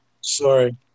sorry